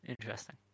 Interesting